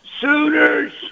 Sooners